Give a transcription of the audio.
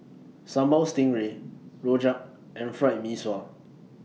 Sambal Stingray Rojak and Fried Mee Sua